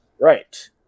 Right